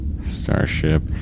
Starship